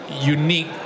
unique